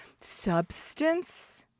substance